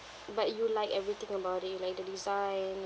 but you like everything about it like the design